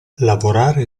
lavorare